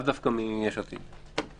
לאו דווקא מיש עתיד.